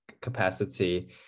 capacity